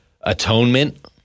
Atonement